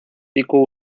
pico